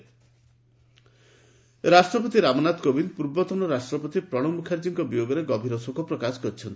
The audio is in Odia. ଶୋକବାର୍ତ୍ତା ରାଷ୍ଟ୍ରପତି ରାମନାଥ କୋବିନ୍ଦ ପୂର୍ବତନ ରାଷ୍ଟ୍ରପତି ପ୍ରଣବ ମୁଖାର୍ଚ୍ଚୀଙ୍କ ବିୟୋଗରେ ଗଭୀର ଶୋକ ପ୍ରକାଶ କରିଛନ୍ତି